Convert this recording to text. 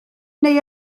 neu